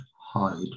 hide